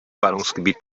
ballungsgebiet